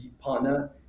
partner